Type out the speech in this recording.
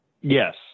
Yes